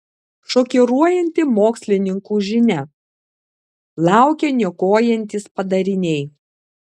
šokiruojanti mokslininkų žinia laukia niokojantys padariniai